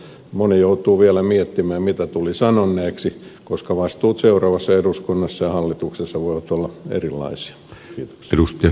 moni joutuu vielä miettimään mitä tuli sanoneeksi koska vastuut seuraavassa eduskunnassa ja hallituksessa voivat olla erilaisia